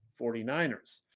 49ers